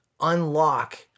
unlock